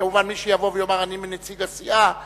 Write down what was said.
כמובן מי שיבוא ויגיד: אני נציג הסיעה,